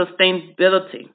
sustainability